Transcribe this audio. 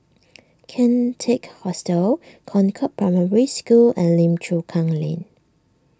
Kian Teck Hostel Concord Primary School and Lim Chu Kang Lane